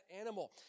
animal